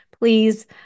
Please